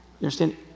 understand